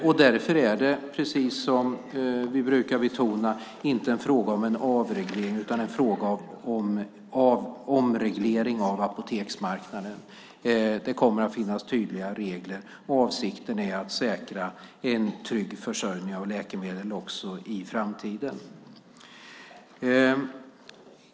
Och därför är det, precis som vi brukar betona, inte en fråga om en avreglering utan en fråga om omreglering av apoteksmarknaden. Det kommer att finnas tydliga regler, och avsikten är att säkra en trygg försörjning av läkemedel också i framtiden.